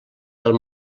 del